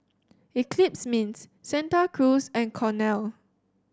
Eclipse Mints Santa Cruz and Cornell